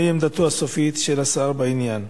מהי עמדתו הסופית של השר בעניין?